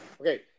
okay